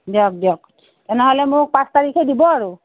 দিয়ক দিয়ক তেনেহ'লে মোক পাঁচ তাৰিখে দিব আৰু